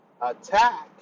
Attack